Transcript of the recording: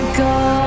go